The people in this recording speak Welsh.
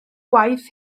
gwaith